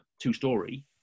two-story